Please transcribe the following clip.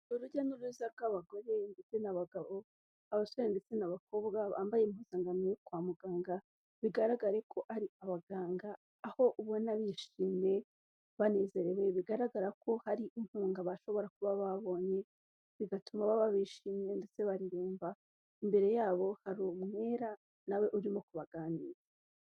Urujya n'uruza rw'abagore ndetse n'abagabo, abasore ndetse n'abakobwa bambaye impuzangano yo kwa muganga, bigaragare ko ari abaganga, aho ubona bishimye banezerewe, bigaragara ko hari inkunga bashobora kuba babonye, bigatuma baba bishimye ndetse baririmba. Imbere yabo hari umwere na we urimo kubaganiriza.